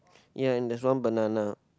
ya and there's one banana